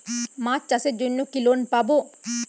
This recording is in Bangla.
মাছ চাষের জন্য কি লোন পাব?